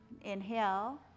inhale